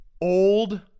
old